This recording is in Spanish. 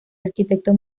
arquitecto